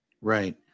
right